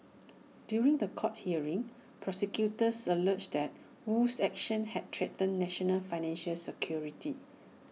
during The Court hearing prosecutors alleged that Wu's actions had threatened national financial security